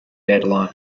deadline